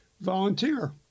Volunteer